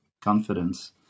confidence